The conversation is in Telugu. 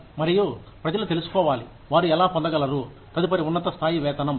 మరియు ప్రజలు తెలుసుకోవాలి వారు ఎలా పొందగలరు తదుపరి ఉన్నత స్థాయి వేతనం